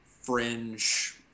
fringe